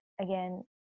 again